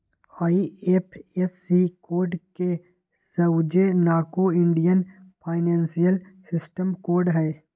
IFSC code के सऊसे नाओ इंडियन फाइनेंशियल सिस्टम कोड हई